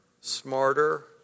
smarter